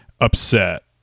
upset